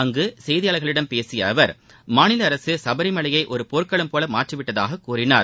அங்கு செய்தியாளர்களிடம் பேசிய அவர் மாநில அரசு சபரிமலையை ஒரு போர்க்களம் போல மாற்றிவிட்டதாகக் கூறினார்